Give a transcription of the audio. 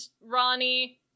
Ronnie